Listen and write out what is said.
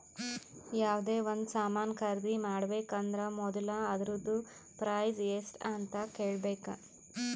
ಯಾವ್ದೇ ಒಂದ್ ಸಾಮಾನ್ ಖರ್ದಿ ಮಾಡ್ಬೇಕ ಅಂದುರ್ ಮೊದುಲ ಅದೂರ್ದು ಪ್ರೈಸ್ ಎಸ್ಟ್ ಅಂತ್ ಕೇಳಬೇಕ